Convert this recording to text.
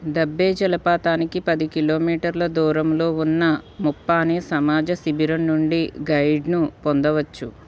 డబ్బే జలపాతానికి పది కిలోమీటర్ల దూరంలో ఉన్న ముప్పానే సమాజ శిబిరం నుండి గైడ్ను పొందవచ్చు